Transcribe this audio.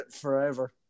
forever